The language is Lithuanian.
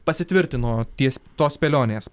pasitvirtino ties tos spėlionės